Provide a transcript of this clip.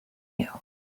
you